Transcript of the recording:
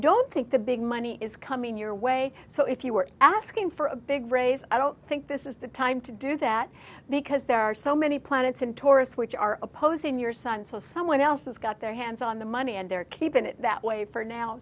don't think the big money is coming your way so if you are asking for a big raise i don't think this is the time to do that because there are so many planets in taurus which are opposing your son so someone else has got their hands on the money and they're keeping it that way for now